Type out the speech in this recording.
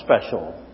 special